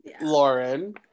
Lauren